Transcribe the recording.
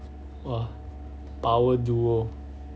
!wah! power duo